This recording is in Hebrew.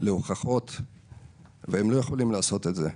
להוכחות והם לא יכולים לעשות את זה.